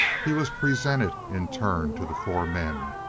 he was presented in turn to the four men,